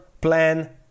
plan